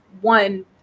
one